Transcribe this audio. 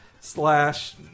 slash